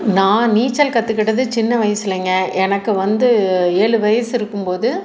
நான் நீச்சல் கற்றுக்கிட்டது சின்ன வயதுலைங்க எனக்கு வந்து ஏழு வயசு இருக்கும் போது